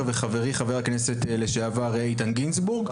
וחברי חבר הכנסת לשעבר איתן גינזבורג,